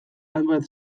hainbat